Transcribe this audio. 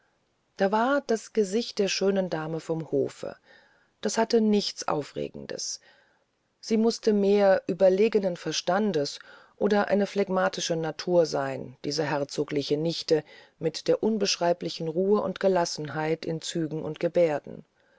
da war das gesicht der schönen dame vom hofe das hatte nichts aufregendes sie mußte sehr überlegenen verstandes oder eine phlegmatische natur sein diese herzogliche nichte mit der unbeschreiblichen ruhe und gelassenheit in zügen und gebärden